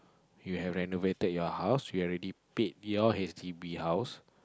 you have renovated your house you have already paid your h_d_b house